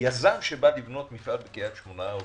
יזם שבא לבנות מפעל בקריית שמונה או